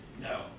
no